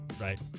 right